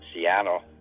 Seattle